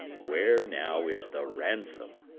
where now is the ransom?